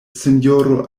sinjoro